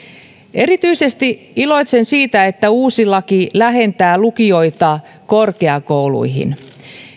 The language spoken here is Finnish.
erityisesti iloitsen siitä että uusi laki lähentää lukioita korkeakouluihin